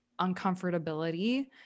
uncomfortability